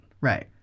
Right